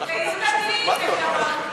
אדוני עולה בלי כובע?